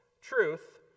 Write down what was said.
truth